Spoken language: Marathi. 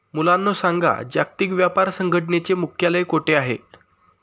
मुलांनो सांगा, जागतिक व्यापार संघटनेचे मुख्यालय कोठे आहे